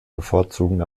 bevorzugen